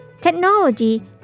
technology